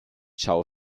chao